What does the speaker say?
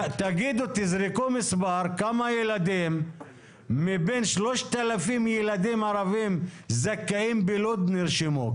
תזרקו מספר כמה ילדים מבין 3,000 ילדים ערבים זכאים בלוד נרשמו.